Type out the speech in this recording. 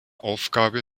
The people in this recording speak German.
aufgabe